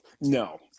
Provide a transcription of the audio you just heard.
No